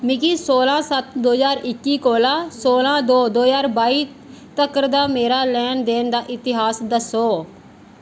मिगी सोलां सत्त दो ज्हार इक्की कोला सोलां दो दो ज्हार बाई तकर दा मेरा लैनदेन दा इतिहास दस्सो